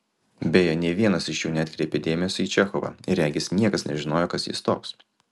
beje nė vienas iš jų neatkreipė dėmesio į čechovą ir regis niekas nežinojo kas jis toks